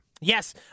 Yes